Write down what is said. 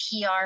PR